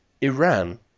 Iran